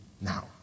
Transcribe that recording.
now